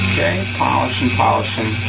okay, polishing, polishing,